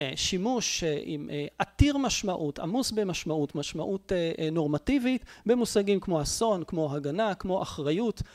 שימוש עם... עתיר משמעות, עמוס במשמעות, משמעות נורמטיבית במושגים כמו אסון, כמו הגנה, כמו אחריות, ...